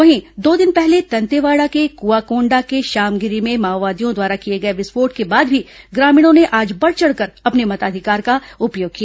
वहीं दो दिन पहले दंतेवाड़ा के कुआकोंडा के श्यामगिरी में माओवादियों द्वारा किए गए विस्फोट के बाद भी ग्रामीणों ने आज बढ़ चढ़कर अपने मताधिकार का उपयोग किया